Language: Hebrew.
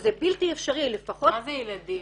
שזה בלתי אפשרי -- מה זה ילדים?